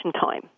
time